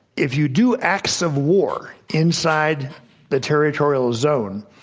if you do acts of war inside the territorial zone,